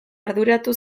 arduratu